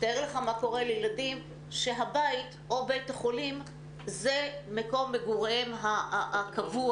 תאר לך מה קורה לילדים שהבית או בית החולים הם מקום מגוריהם הקבוע.